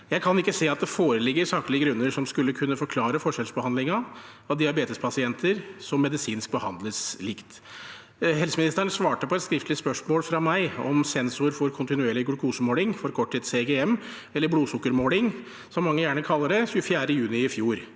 Jeg kan ikke se at det foreligger saklige grunner som skulle kunne forklare forskjellsbehandlingen av diabetespasienter som medisinsk behandles likt. Helseministeren svarte 24. juni i fjor på et skriftlig spørsmål fra meg om sensor for kontinuerlig glukosemåling, forkortet CGM, eller blodsukkermåling, som mange gjerne kaller det. I det